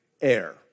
air